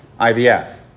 IVF